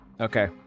Okay